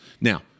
Now